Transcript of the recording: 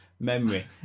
Memory